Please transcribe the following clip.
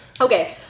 Okay